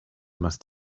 must